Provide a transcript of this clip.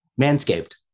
manscaped